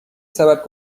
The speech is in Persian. سبد